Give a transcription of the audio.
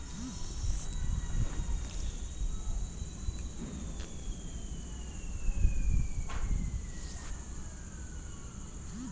interest rate risk, fixed income ಸೆಕ್ಯೂರಿಟಿಯ ಅವಧಿಯನ್ನು ಆಧರಿಸಿರುತ್ತದೆ